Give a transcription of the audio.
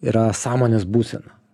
yra sąmonės būsena